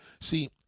See